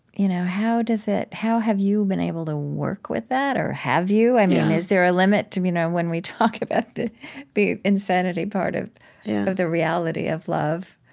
you know how does it how have you been able to work with that? or, have you? and yeah is there a limit to you know when we talk about the the insanity part of the reality of love,